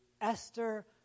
Esther